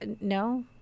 no